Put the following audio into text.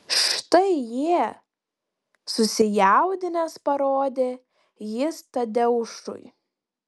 štai jie susijaudinęs parodė jis tadeušui